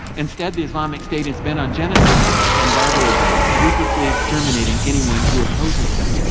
instead the islamic state is bent on genocide and barbarism, ruthlessly exterminating anyone who opposes them.